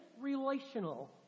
relational